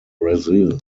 brazil